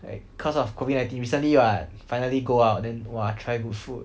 like cause of COVID nineteen recently what finally go out then !wah! try good food